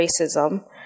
racism